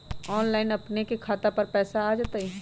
Online से अपने के खाता पर पैसा आ तई?